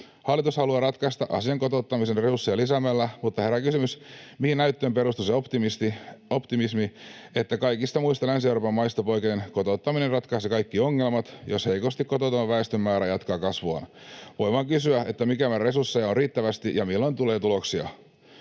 Hallitus haluaa ratkaista asian kotouttamisen resursseja lisäämällä, mutta herää kysymys, mihin näyttöön perustuu se optimismi, että kaikista muista Länsi-Euroopan maista poiketen kotouttaminen ratkaisee kaikki ongelmat, jos heikosti kotoutuvan väestön määrä jatkaa kasvuaan. Voi vain kysyä, mikä määrä resursseja on riittävästi ja milloin tulee tuloksia.